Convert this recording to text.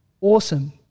awesome